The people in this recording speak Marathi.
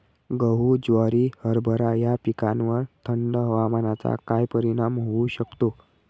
गहू, ज्वारी, हरभरा या पिकांवर थंड हवामानाचा काय परिणाम होऊ शकतो?